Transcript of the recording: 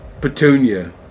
Petunia